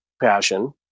passion